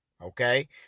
okay